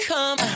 Come